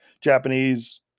Japanese